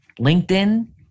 LinkedIn